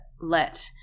let